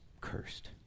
cursed